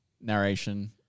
narration